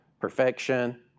Perfection